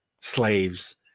slaves